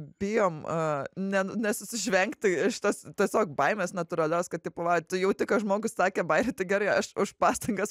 bijom a ne nesusižvengti iš tos tiesiog baimės natūralios kad tipo va tu jauti kad žmogus sakė bajerį tai gerai aš už pastangas